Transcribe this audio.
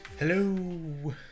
hello